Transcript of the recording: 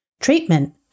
Treatment